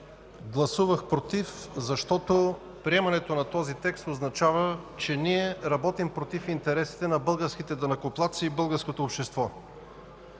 Гласувах „против”, защото приемането на този текст означава, че ние работим против интересите на българските данъкоплатци и българското общество.